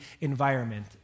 environment